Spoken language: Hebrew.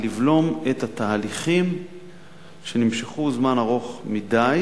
לבלום את התהליכים שנמשכו זמן ארוך מדי,